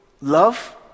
love